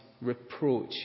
reproach